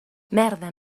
merda